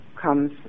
comes